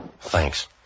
Thanks